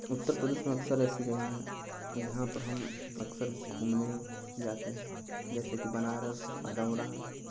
उत्तर प्रदेश में अक्सर ऐसी जगह हैं जहाँ पर हम अक्सर घूमने जाते हैं जैसे कि बनारस हरौरा